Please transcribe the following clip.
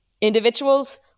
individuals